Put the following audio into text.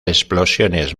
explosiones